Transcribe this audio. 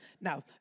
Now